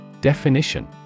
Definition